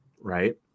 right